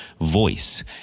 voice